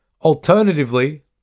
Alternatively